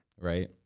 right